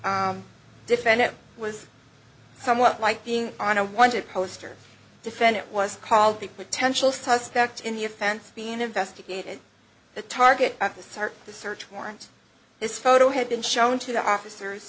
tensely defendant was somewhat like being on a wanted poster defendant was called the potential suspect in the offense being investigated the target at the start the search warrant this photo had been shown to the officers